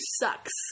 sucks